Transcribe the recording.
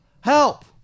Help